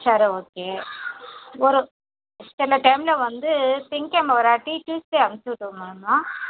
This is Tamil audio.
சரி ஓகே ஒரு சில டைமில் வந்து திங்கக்கெழம வராட்டி ட்யூஸ்டே அனுப்ச்சிவிட்டுர்றேன் மேம் நான்